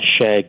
shag